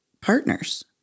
partners